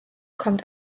kommt